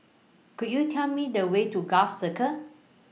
Could YOU Tell Me The Way to Gul Circle